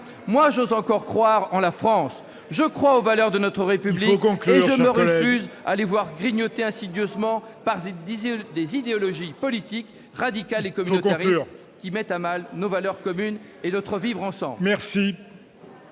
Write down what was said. Moi, j'ose encore croire en la France ! Je crois aux valeurs de notre République et je me refuse à les voir grignotées insidieusement par des idéologies politiques, radicales et communautaristes, mettant à mal nos valeurs communes et notre vivre ensemble.